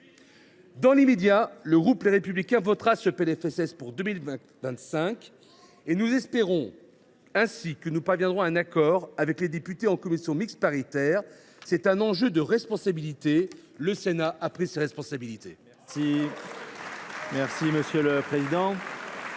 Dans l’immédiat, le groupe Les Républicains votera ce PLFSS pour 2025. Nous espérons que nous parviendrons à un accord avec les députés en commission mixte paritaire. C’est un enjeu de responsabilité. Le Sénat a pris les siennes.